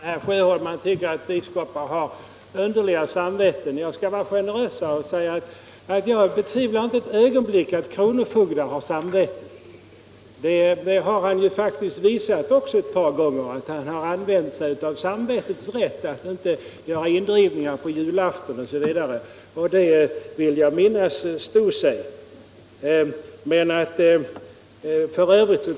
Herr talman! Herr Sjöholm tycker att biskopar har underliga samveten, men jag skall vara mera generös och säga att jag betvivlar inte ett ögonblick att kronofogdar har samveten. Det har herr Sjöholm faktiskt också visat ett par gånger. Han har kanske då använt sig av samvetets rätt att inte göra indrivningar på julafton osv. Jag vill minnas att den uppfattningen också stod sig. Men f.ö.